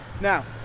Now